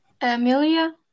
Amelia